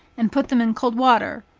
and put them in cold water,